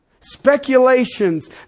Speculations